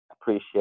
appreciate